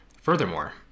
Furthermore